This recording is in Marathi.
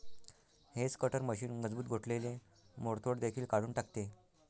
हेज कटर मशीन मजबूत गोठलेले मोडतोड देखील काढून टाकते